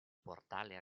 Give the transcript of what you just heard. portale